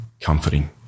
comforting